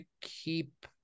keep